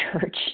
church